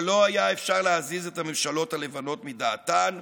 אבל לא היה אפשר להזיז את הממשלות הלבנות מדעתן,